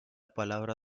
palabra